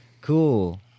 cool